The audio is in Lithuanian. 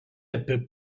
apie